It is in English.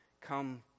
come